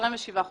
27 חודשים.